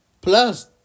Plus